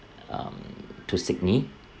um to sydney